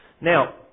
Now